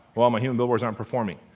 well my human billboards aren't performing.